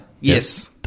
Yes